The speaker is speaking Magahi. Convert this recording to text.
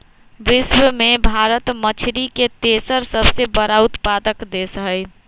विश्व में भारत मछरी के तेसर सबसे बड़ उत्पादक देश हई